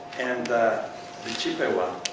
and the cheaper one,